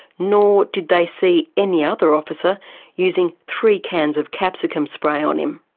nor did they see any other officer using three cans of capsicum spray on him.